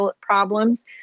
problems